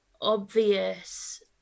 obvious